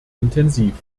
intensiv